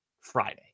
Friday